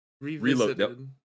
Reloaded